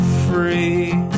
free